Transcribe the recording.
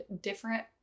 different